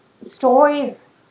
stories